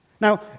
Now